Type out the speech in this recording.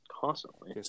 constantly